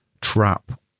trap